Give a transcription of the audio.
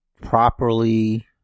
properly